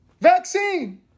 vaccine